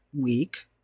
week